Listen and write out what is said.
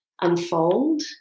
unfold